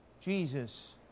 Jesus